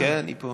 כן, היא פה.